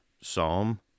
Psalm